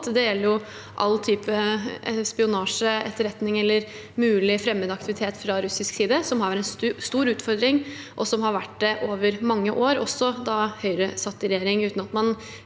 Det gjelder all type spionasje, etterretning eller mulig fremmed aktivitet fra russisk side, som er en stor utfordring, og som har vært det over mange år, også da Høyre satt i regjering, uten at man